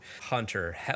Hunter